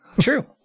True